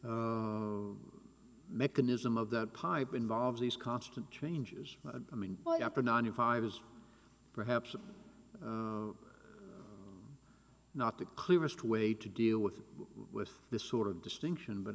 mechanism of that type involves these constant changes i mean but after ninety five years perhaps it's not the clearest way to deal with with this sort of distinction but